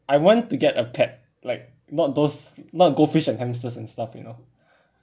I want to get a cat like not those not goldfish and hamsters and stuff you know